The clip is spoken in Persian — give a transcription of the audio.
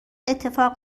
اتفاق